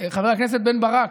חבר הכנסת בן ברק,